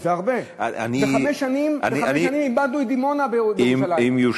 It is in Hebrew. זה הרבה, בחמש שנים איבדו את דימונה בירושלים.